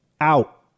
out